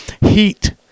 Heat